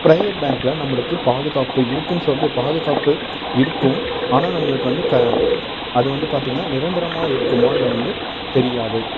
private பேங்க்ல நம்மளுக்குப் பாதுகாப்பு இருக்குன்னு சொல்லல பாதுகாப்பு இருக்கும் ஆனால் நம்மளுக்கு வந்து க அது வந்து பார்த்தீங்கன்னா நிரந்தரமாக இருக்குமான்னு வந்து தெரியாது